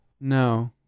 No